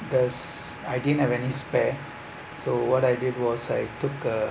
thus I didn't have any spare so what I did was I took a